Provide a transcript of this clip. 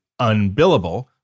UNBILLABLE